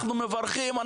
אנחנו מברכים,